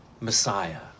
Messiah